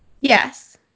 Yes